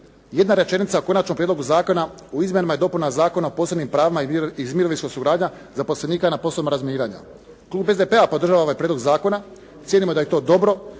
jedna rečenica u Konačnom prijedlogu Zakona u izmjenama i dopunama Zakona o posebnim pravima iz mirovinskog osiguranja zaposlenika na poslovima razminiranja. Klub SDP podržava ovaj prijedlog zakona, cijenimo da je to dobro